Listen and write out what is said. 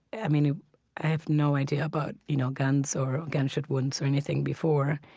i mean, i have no idea about you know guns or gunshot wounds or anything before,